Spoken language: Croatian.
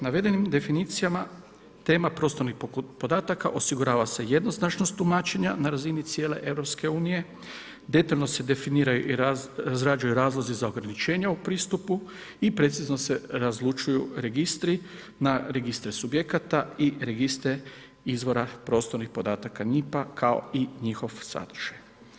Navedenim definicijama tema prostornih podataka osigurala se jednoznačnost tumačenja na razini cijele EU-a, detaljno se definiraju i razrađuju razlozi za ograničenja u pristupu i precizno se razlučuju registri na registre subjekata i registre izvora prostornih NIP-a kao i njihov sadržaj.